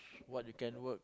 what you can work